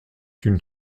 une